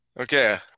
okay